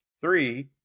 Three